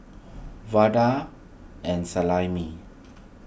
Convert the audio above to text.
Vada and Salami